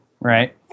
right